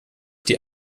die